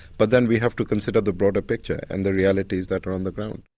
but then we have to consider the broader picture. and the realities that are on the ground.